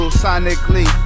sonically